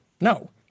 No